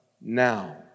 now